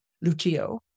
Lucio